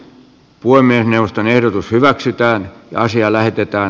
puhemiesneuvoston ehdotus hyväksytään naisia lähetetään